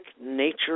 nature